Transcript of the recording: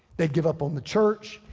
they give up on the church.